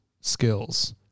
skills